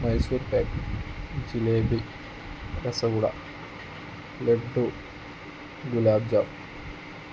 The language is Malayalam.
മൈസൂർ പാക്ക് ജിലേബി രസഗുള ലഡു ഗുലാബ് ജാം